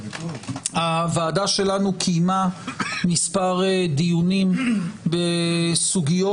הוועדה שלנו קיימה מספר דיונים בסוגיות